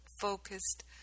Focused